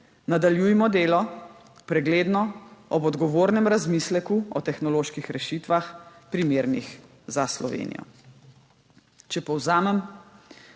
Nadaljujmo delo, pregledno, ob odgovornem razmisleku o tehnoloških rešitvah, primernih za Slovenijo. Če povzamem.